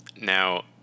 Now